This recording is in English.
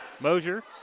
Mosier